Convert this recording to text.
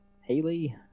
Haley